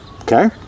Okay